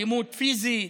אלימות פיזית,